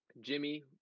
Jimmy